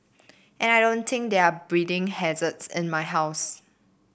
and I don't think there are breeding hazards in my house